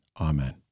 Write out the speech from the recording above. Amen